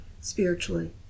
spiritually